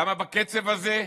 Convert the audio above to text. למה בקצב הזה?